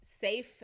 safe